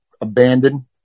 abandoned